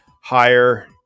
higher